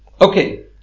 okay